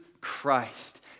Christ